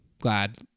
glad